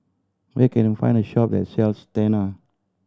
where can I find a shop that sells Tena